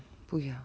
不要